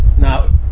Now